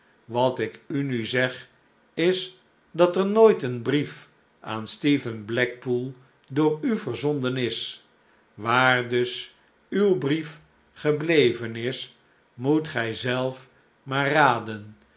wat ik u nu zeg is dat er nooit een brief aan stephen blackpool door u verzonden is waar dus uw brief gebleven is moet gij zelf maar raden